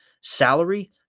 salary